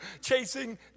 chasing